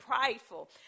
prideful